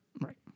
Right